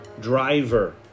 driver